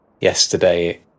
yesterday